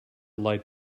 light